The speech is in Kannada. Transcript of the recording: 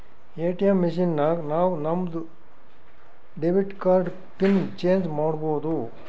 ಎ.ಟಿ.ಎಮ್ ಮಷಿನ್ ನಾಗ್ ನಾವ್ ನಮ್ ಡೆಬಿಟ್ ಕಾರ್ಡ್ದು ಪಿನ್ ಚೇಂಜ್ ಮಾಡ್ಬೋದು